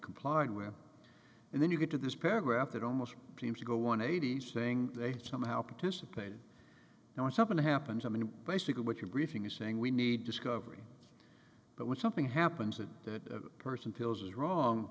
complied with and then you get to this paragraph that almost seems to go on eighty saying they somehow participated and when something happens i mean basically what you're briefing is saying we need to scot free but when something happens that that person feels is wrong